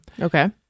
Okay